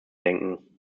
denken